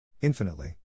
Infinitely